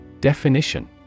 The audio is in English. Definition